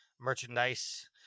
merchandise